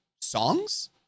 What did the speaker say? songs